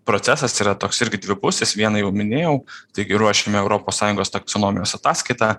procesas yra toks irgi dvi pusės vieną jau minėjau taigi ruošiame europos sąjungos taksonomijos ataskaitą